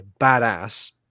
badass